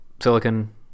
silicon